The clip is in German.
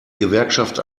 gewerkschaft